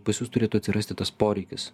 pas jus turėtų atsirasti tas poreikis